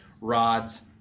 rods